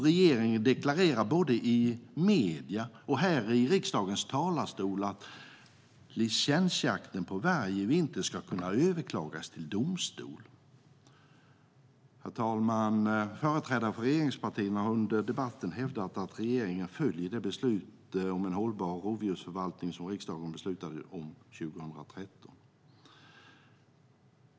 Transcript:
Regeringen deklarerar både i medierna och här i riksdagens talarstol att licensjakten på varg i vinter ska kunna överklagas till domstol. Herr talman! Företrädare för regeringspartierna har under debatten hävdat att regeringen följer det beslut om en hållbar rovdjursförvaltning som riksdagen beslutade om 2013.